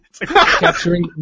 Capturing